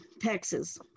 Texas